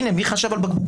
הנה, מי חשב על בקבוקים?